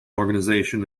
organization